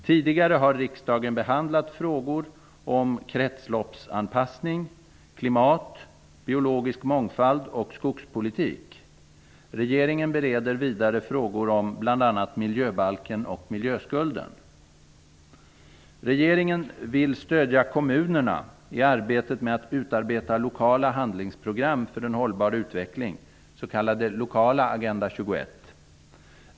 Tidigare har riksdagen behandlat frågor om kretsloppsanpassning, klimat, biologisk mångfald och skogspolitik. Regeringen bereder vidare frågor om bl.a. miljöbalken och miljöskulden. Regeringen vill stödja kommunerna i arbetet med att utarbeta lokala handlingsprogram för en hållbar utveckling, s.k. lokala Agenda 21.